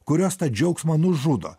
kurios tą džiaugsmą nužudo